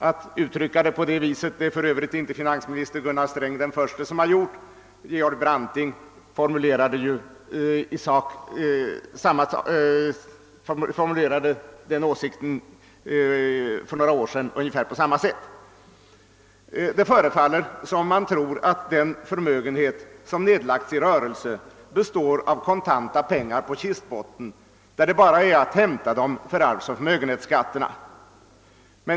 Finansminister Gunnar Sträng är för övrigt inte den förste som uttryckt det på det viset; Georg Branting formulerade på sin tid den åsikten på ungefär samma sätt. Det förefaller som om man tror, att den förmögenhet, som nedlagts i rörelse, består av kontanta pengar på kistbottnen, där det bara är att hämta dem för arvsoch förmögenhetsskatterna.